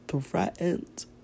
threatened